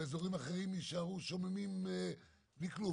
ואזורים אחרים יישארו שוממים בלי כלום.